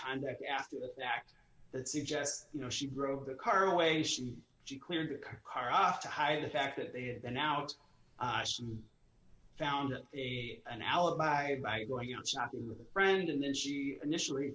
conduct after the fact that suggests you know she drove the car away she she cleared her car off to hide the fact that they had an out found an alibi by going out shopping with a friend and then she initially